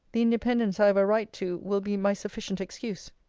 the independence i have a right to will be my sufficient excuse,